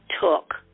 took